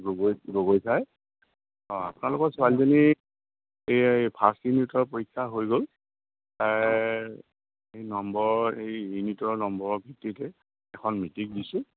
Gogoi Gogoi sir অ আপোনালোকৰ ছোৱালীজনী এই ফাৰ্ষ্ট ইউনিটৰ পৰীক্ষা হৈ গ'ল তাইৰ নম্বৰ এই ইউনিটৰ নম্বৰ গতিকে এখন মিটিং দিছোঁ